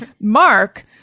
mark